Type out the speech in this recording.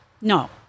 No